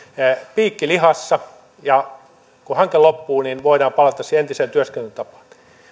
piikki lihassa ja kun hanke loppuu niin voidaan palata siihen entiseen työskentelytapaan